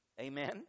Amen